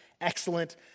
excellent